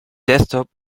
desktop